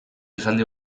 esaldi